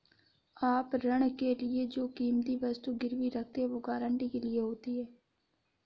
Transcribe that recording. आप ऋण के लिए जो कीमती वस्तु गिरवी रखते हैं, वो गारंटी के लिए होती है